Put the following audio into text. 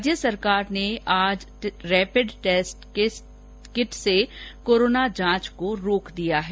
राज्य सरकार ने आज रैपिड टैस्ट किट से कोरोना जांच को रोक दिया है